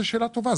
זו שאלה טובה.